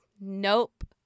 nope